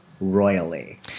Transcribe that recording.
royally